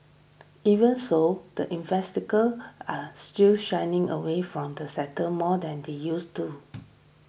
even so the are still shying away from the sector more than they used to